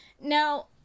Now